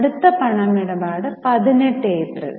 അടുത്ത പണമിടപാട് 18 ഏപ്രിൽ